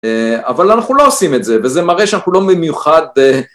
אבל אנחנו לא עושים את זה, וזה מראה שאנחנו לא במיוחד...